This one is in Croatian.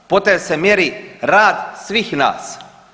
Po tome se mjeri rad svih nas.